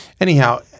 anyhow